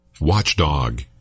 Watchdog